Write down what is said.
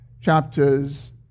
chapters